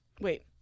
Wait